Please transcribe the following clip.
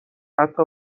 حتی